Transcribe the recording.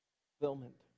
fulfillment